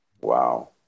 Wow